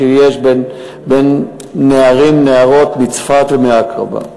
שיש בין נערים לנערות מצפת ומעכברה.